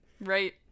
Right